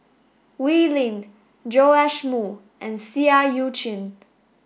Wee Lin Joash Moo and Seah Eu Chin